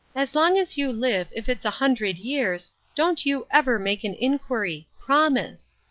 as long as you live, if it's a hundred years, don't you ever make an inquiry. promise!